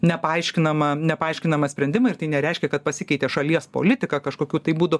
nepaaiškinamą nepaaiškinamą sprendimą ir tai nereiškia kad pasikeitė šalies politika kažkokiu būdu